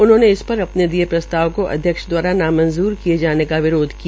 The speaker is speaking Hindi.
उन्होंने इस पर अपने दिये प्रस्ताव को अध्यक्ष दवारा नामंजूर किये जाने का विरोध किया